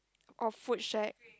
of food shack